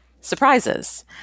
surprises